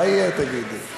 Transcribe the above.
מה יהיה, תגידי?